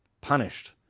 punished